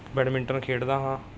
badminton ਖੇਡਦਾ ਹਾਂ